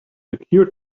secured